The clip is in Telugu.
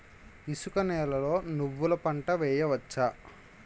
ఇసుక నేలలో నువ్వుల పంట వేయవచ్చా?